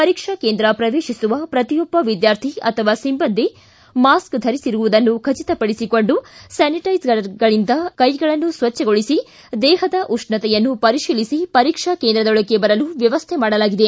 ಪರೀಕ್ಷಾ ಕೇಂದ್ರ ಪ್ರವೇಶಿಸುವ ಪ್ರತಿಯೊಬ್ಬ ವಿದ್ವಾರ್ಥಿ ಅಥವಾ ಸಿಬ್ಬಂದಿ ಮಾಸ್ತ ಧರಿಸಿರುವುದನ್ನು ಖಚತ ಪಡಿಸಿಕೊಂಡು ಸ್ಥಾನಿಟೈಸರ್ಗಳಿಂದ ಕೈಗಳನ್ನು ಸ್ವಚ್ಛಗೊಳಿಸಿ ದೇಹದ ಉಷ್ಣತೆಯನ್ನು ಪರಿಶೀಲಿಸಿ ಪರೀಕ್ಷಾ ಕೇಂದ್ರದೊಳಕ್ಕೆ ಬರಲು ವ್ಯವಸ್ಥೆ ಮಾಡಲಾಗಿದೆ